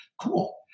cool